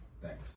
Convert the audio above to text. Thanks